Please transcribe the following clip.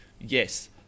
Yes